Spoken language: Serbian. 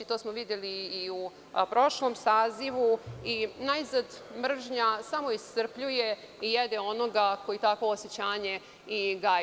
To smo videli i u prošlom sazivu i najzad, mržnja samo iscrpljuje i jede onoga ko takvo osećanje i gaji.